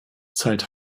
zeit